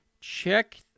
Check